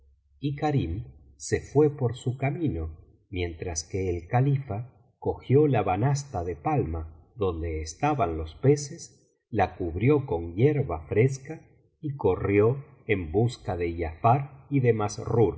y karim se fué por su camino mientras que el califa cogió la banasta de palma donde estaban los peces la cubrió con hierba fresca y corrió en busca de giafar y de